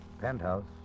Penthouse